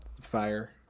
fire